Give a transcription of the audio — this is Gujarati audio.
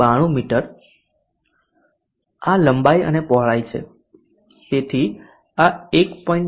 992m આ લંબાઈ અને પહોળાઈ છે